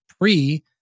pre-